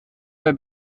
bei